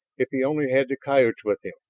if he only had the coyotes with him.